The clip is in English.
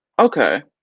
okay.